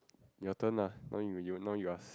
your turn lah now you you now you ask